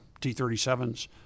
T-37s